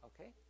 Okay